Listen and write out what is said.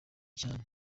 cyane